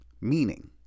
Meaning